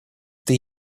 это